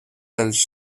dels